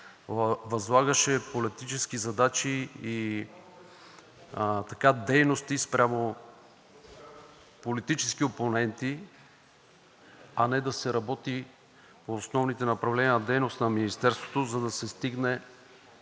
възлагаше политически задачи и дейности спрямо политически опоненти, а не да се работи по основните направления на дейност на Министерството, за да се стигне